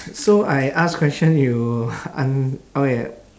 so I ask question you an~ okay